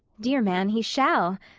dear man, he shall.